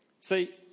See